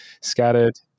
scattered